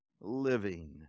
living